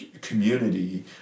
community